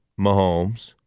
Mahomes